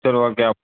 சரி ஓகே